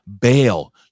bail